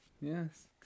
Yes